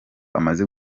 amaze